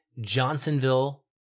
Johnsonville